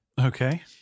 Okay